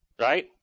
Right